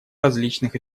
различных